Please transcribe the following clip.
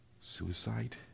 suicide